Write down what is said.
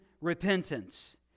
repentance